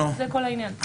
זה כל העניין.